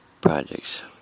projects